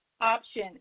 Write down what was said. option